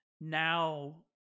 now